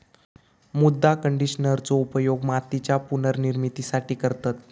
मृदा कंडिशनरचो उपयोग मातीच्या पुनर्निर्माणासाठी करतत